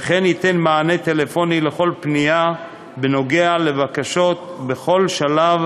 וכן ייתן מענה טלפוני על כל פנייה בנוגע לבקשות בכל שלב